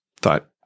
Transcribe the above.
thought